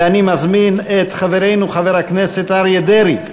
אני מזמין את חברנו חבר הכנסת אריה דרעי,